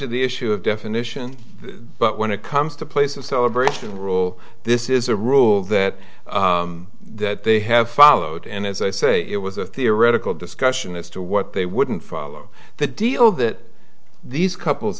of the issue of definition but when it comes to place of celebration rule this is a rule that that they have followed and as i say it was a theoretical discussion as to what they wouldn't follow the deal that these couples